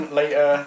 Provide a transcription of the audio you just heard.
later